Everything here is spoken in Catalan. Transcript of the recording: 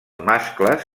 mascles